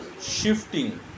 shifting